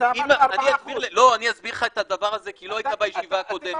אני אסביר לך את הדבר הזה כי לא היית בישיבה הקודמת.